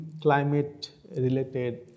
climate-related